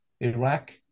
Iraq